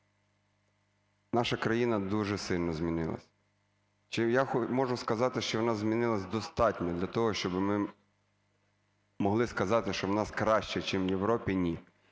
наша країна дуже сильно змінилася. Чи я можу сказати, що вона змінилася достатньо для того, щоби ми могли сказати, що в нас краще, чим в Європі? Ні,